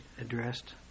addressed